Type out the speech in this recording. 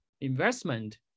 investment